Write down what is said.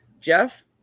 Jeff